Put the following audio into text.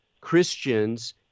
Christians